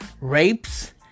rapes